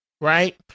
right